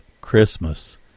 christmas